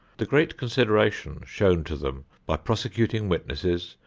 the great consideration shown to them by prosecuting witnesses,